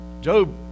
Job